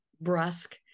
brusque